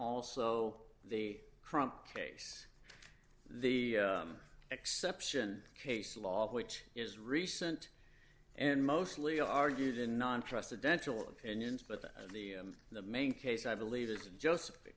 also the crump case the exception case law which is recent and mostly argued in non trust the dental opinions but that the main case i believe is just